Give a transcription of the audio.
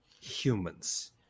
humans